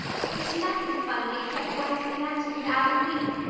but there's nothing funny except what is connected with avonlea,